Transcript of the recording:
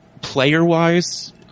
Player-wise